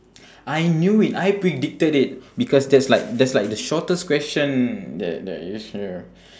I knew it I predicted it because that's like that's like the shortest question there there is here